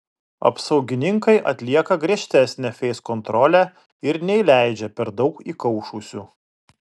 apsaugininkai atlieka griežtesnę feiskontrolę ir neįleidžia per daug įkaušusių